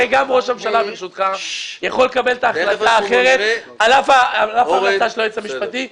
גם ראש הממשלה יכול לקבל את ההחלטה האחרת על אף המלצה של היועץ המשפטי,